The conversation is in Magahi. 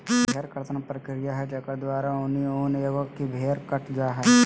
भेड़ कर्तन प्रक्रिया है जेकर द्वारा है ऊनी ऊन एगो की भेड़ कट जा हइ